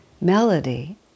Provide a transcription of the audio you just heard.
melody